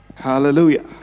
Hallelujah